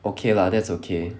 okay lah that's okay